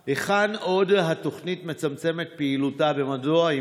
5. היכן עוד התוכנית מצמצמת פעילותה, ומדוע?